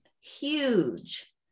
huge